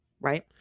right